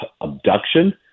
abduction